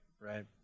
right